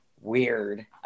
weird